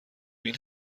بین